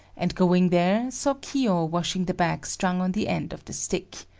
and going there, saw kiyo washing the bag strung on the end of the stick.